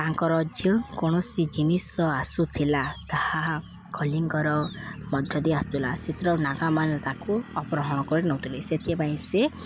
ତାଙ୍କର ଯେଁ କୌଣସି ଜିନିଷ ଆସୁଥିଲା ତାହା କଲିଙ୍ଗର ମଧ୍ୟ ଦେଇ ଆସୁଥିଲା ସେଥିରେ ନାଗାମାନେ ତାକୁ ଅପହରଣ କରି ନେଉଥିଲେ ସେଥିପାଇଁ ସେ